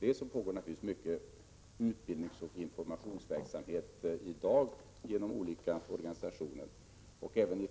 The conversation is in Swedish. Det pågår mycken utbildningsoch informationsverksamhet i dag genom olika organisationer, och även